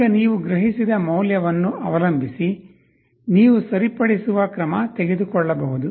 ಈಗ ನೀವು ಗ್ರಹಿಸಿದ ಮೌಲ್ಯವನ್ನು ಅವಲಂಬಿಸಿ ನೀವು ಸರಿಪಡಿಸುವ ಕ್ರಮ ತೆಗೆದುಕೊಳ್ಳಬಹುದು